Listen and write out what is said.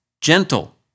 gentle